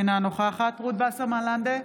אינה נוכחת רות וסרמן לנדה,